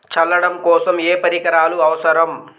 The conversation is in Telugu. చల్లడం కోసం ఏ పరికరాలు అవసరం?